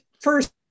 first